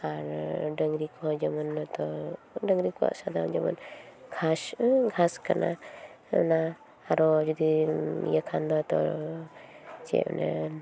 ᱟᱨ ᱰᱟᱹᱝᱨᱤ ᱠᱚᱦᱚ ᱡᱮᱢᱚᱱ ᱰᱟᱹᱝᱨᱤ ᱠᱚᱣᱟᱜ ᱥᱟᱫᱷᱟᱨᱚᱱ ᱡᱤᱱᱤᱥ ᱡᱮᱢᱚᱱ ᱜᱷᱟᱥ ᱜᱷᱟᱥ ᱠᱟᱱᱟ ᱚᱱᱟ ᱟᱨᱚ ᱡᱚᱫᱤᱢ ᱤᱭᱟᱹ ᱠᱷᱟᱱ ᱫᱚ ᱪᱮᱫ ᱚᱱᱮ